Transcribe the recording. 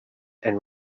and